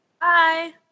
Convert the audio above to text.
Bye